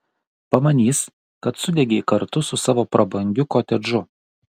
pamanys kad sudegei kartu su savo prabangiu kotedžu